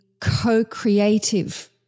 co-creative